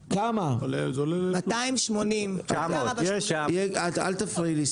280. אל תפריעי לי,